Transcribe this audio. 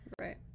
Right